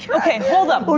yeah okay, hold up. but